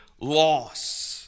loss